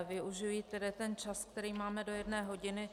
Využiji tedy ten čas, který máme do jedné hodiny.